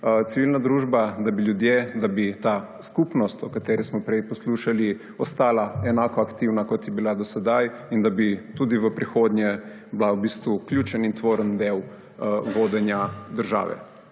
civilna družba, da bi ljudje, da bi ta skupnost, o kateri smo prej poslušali, ostala enako aktivna, kot je bila do sedaj, in da bi tudi v prihodnje bila v bistvu ključen in tvoren del vodenja države.